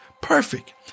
perfect